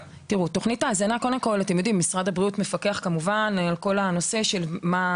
תוכנית ההזנה מפוקחת על ידי משרד הבריאות.